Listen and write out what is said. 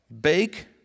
Bake